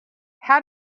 how